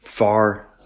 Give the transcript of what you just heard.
far